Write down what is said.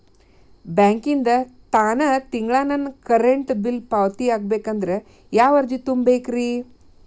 ಬ್ಯಾಂಕಿಂದ ತಾನ ತಿಂಗಳಾ ನನ್ನ ಕರೆಂಟ್ ಬಿಲ್ ಪಾವತಿ ಆಗ್ಬೇಕಂದ್ರ ಯಾವ ಅರ್ಜಿ ತುಂಬೇಕ್ರಿ?